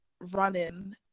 running